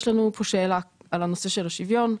יש לנו פה שאלה על הנושא של השוויון,